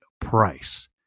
price